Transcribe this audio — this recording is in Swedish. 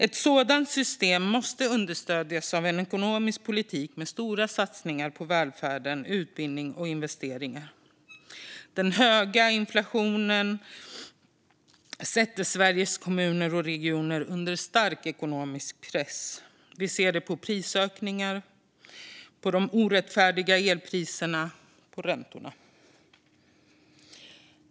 Ett sådant system måste understödjas av en ekonomisk politik med stora satsningar på välfärden, utbildning och investeringar. Den höga inflationen sätter Sveriges kommuner och regioner under stark ekonomisk press. Vi ser det på prisökningar, på de orättfärdiga elpriserna och på räntorna.